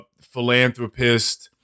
Philanthropist